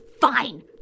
fine